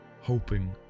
Hoping